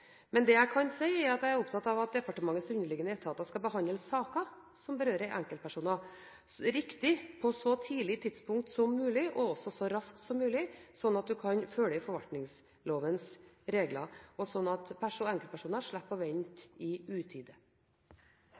Det jeg kan si, er at jeg er opptatt av at departementets underliggende etater skal behandle saker som berører enkeltpersoner, riktig, på et så tidlig tidspunkt som mulig og også så raskt som mulig, sånn at man kan følge forvaltningslovens regler, og sånn at enkeltpersoner slipper å vente i utide.